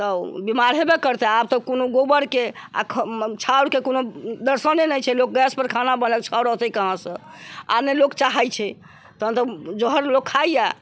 तऽ बीमार हेबे करतै आब तऽ कोनो गोबर के आ छाउर के कोनो दर्शने नहि छै लोक गैस पे खाना बनेलक छाउर औतै कहाँ से आ नहि ने लोक चाहै छै तहन तऽ जहर लोक खाइया